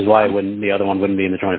which is why when the other one would be in the